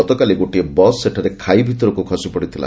ଗତକାଲି ଗୋଟିଏ ବସ୍ ସେଠାରେ ଖାଇ ଭିତରକୁ ଖସିପଡ଼ିଥିଲା